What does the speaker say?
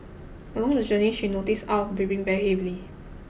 along the journey she noticed Aw breathing very heavily